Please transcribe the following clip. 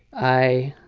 i